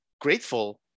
grateful